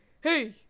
hey